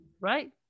Right